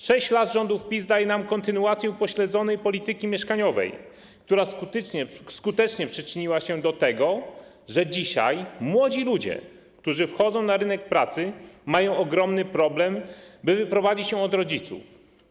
6 lat rządów PiS daje nam kontynuację upośledzonej polityki mieszkaniowej, która skutecznie przyczyniła się do tego, że dzisiaj młodzi ludzie, którzy wchodzą na rynek pracy, mają ogromny problem, by wyprowadzić się od rodziców.